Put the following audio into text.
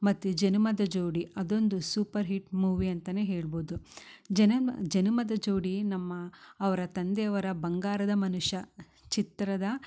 ಮತ್ತು ಜನುಮದ ಜೋಡಿ ಅದೊಂದು super hit movie ಅಂತಾನೆ ಹೇಳ್ಬೋದು ಜನುಮ ಜನುಮದ ಜೋಡಿ ನಮ್ಮ ಅವರ ತಂದೆ ಅವರ ಬಂಗಾರದ ಮನುಷ್ಯ ಚಿತ್ರದ